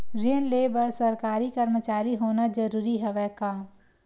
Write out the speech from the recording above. ऋण ले बर सरकारी कर्मचारी होना जरूरी हवय का?